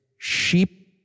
Sheep